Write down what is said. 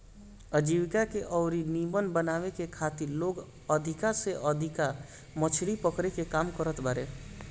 आजीविका के अउरी नीमन बनावे के खातिर लोग अधिका से अधिका मछरी पकड़े के काम करत बारे